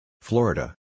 Florida